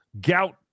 gout